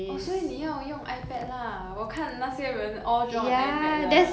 orh 所以你要用 I pad lah 我看那些人 all draw on I pad 的